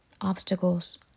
obstacles